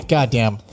Goddamn